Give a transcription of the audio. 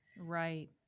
Right